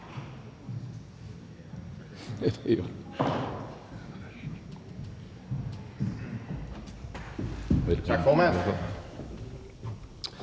Tak for det